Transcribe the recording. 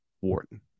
wharton